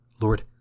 Lord